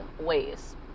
ways